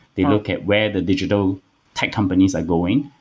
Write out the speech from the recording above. they looked at where the digital tech companies are going.